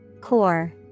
Core